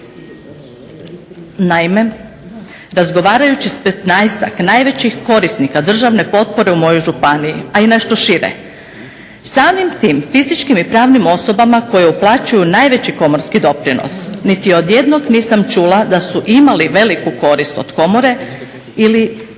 Naime razgovarajući s 15-ak najvećih korisnika državne potpore u mojoj županiji, a i nešto šire, samim tim fizičkim i pravnim osobama koje uplaćuju najveći komorski doprinos niti od jednog nisam čula da su imali veliku korist od komore ili